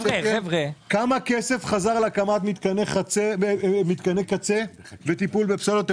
כמה כסף חזר להקמת מתקני קצה וטיפול בפסולת?